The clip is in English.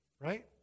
right